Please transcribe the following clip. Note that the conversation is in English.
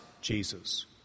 Jesus